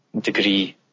degree